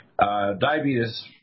Diabetes